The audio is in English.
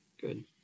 good